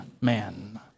man